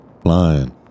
flying